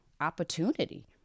opportunity